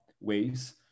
ways